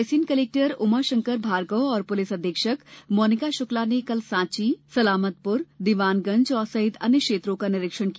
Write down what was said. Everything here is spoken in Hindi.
रायसेन कलेक्टर उमाशंकर भार्गव और पुलिस अधीक्षक श्रीमती मोनिका शुक्ला ने कल साँची सलामतपुर दीवानगं सहित अन्य क्षेत्रों का निरीक्षण किया